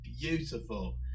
beautiful